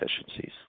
efficiencies